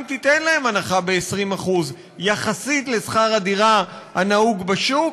תיתנו להם הנחה של 20% משכר הדירה הנהוג בשוק,